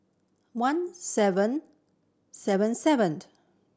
one seven seven seven